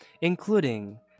including